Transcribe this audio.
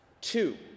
Two